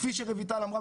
כפי שרויטל אמרה,